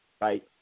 right